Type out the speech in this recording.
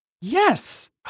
Yes